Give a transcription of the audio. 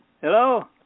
Hello